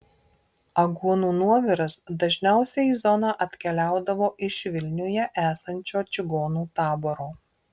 aguonų nuoviras dažniausiai į zoną atkeliaudavo iš vilniuje esančio čigonų taboro